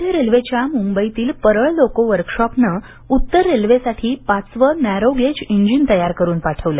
मध्य रेल्वेच्या मुंबईतील परळ लोको वर्कशॉप नं उत्तर रेल्वेसाठी पाचवं नॅरो गेज इंजिन तयार करून पाठवलं आहे